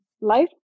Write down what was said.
life